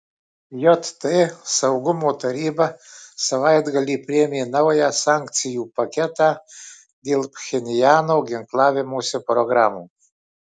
jt saugumo taryba savaitgalį priėmė naują sankcijų paketą dėl pchenjano ginklavimosi programų